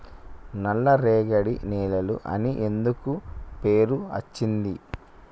నల్లరేగడి నేలలు అని ఎందుకు పేరు అచ్చింది?